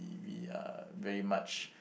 we uh very much